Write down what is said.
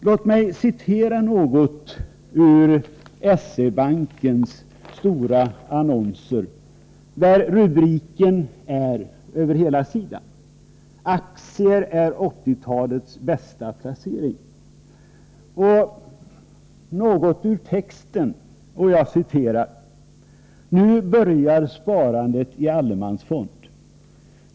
Låt mig citera något ur S-E-Bankens stora annonser, där rubriken över hela sidan lyder: ”Aktier är 80-talets bästa placering!” Låt mig också citera något ur texten: ”Nu börjar sparandet i Allemansfond.